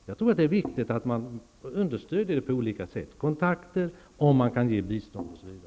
Jag tror att det är viktigt att man understödjer detta arbete på olika sätt, genom kontakter, genom bistånd, osv.